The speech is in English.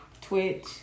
Twitch